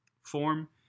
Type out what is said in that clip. form